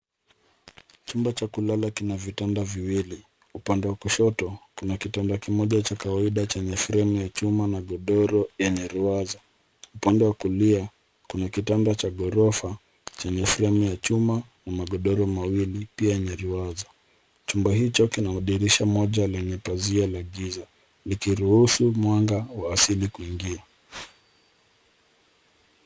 Chumba cha kulala kina vitanda viwili. Upande wa kushoto kuna kitanda kimoja cha kawaida chenye fremu ya chuma na godoro yenye ruwazo. Upande wa kulia kuna kitanda cha ghorofa chenye fremu ya chuma na magodoro mawili pia yenye ruwazo. Chumba hicho kina dirisha moja lenye pazia la giza likiruhusu mwanga wa asili kuingia.